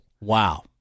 Wow